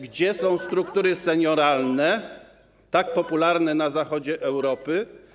Gdzie są struktury senioralne tak popularne na zachodzie Europy?